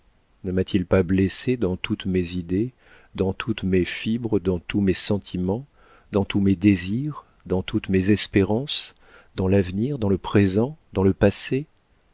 ne m'a-t-il pas blessée dans toutes mes idées dans toutes mes fibres dans tous mes sentiments dans tous mes désirs dans toutes mes espérances dans l'avenir dans le présent dans le passé